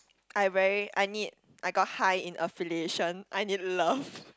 I very I need I got high in affiliation I need love